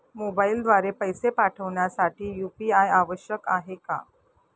मोबाईलद्वारे पैसे पाठवण्यासाठी यू.पी.आय आवश्यक आहे का?